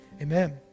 amen